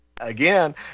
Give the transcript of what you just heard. Again